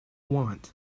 want